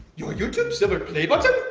your youtube silver play button.